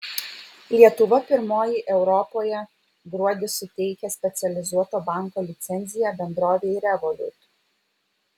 lietuva pirmoji europoje gruodį suteikė specializuoto banko licenciją bendrovei revolut